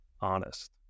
honest